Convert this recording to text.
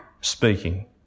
speaking